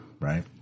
right